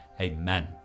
Amen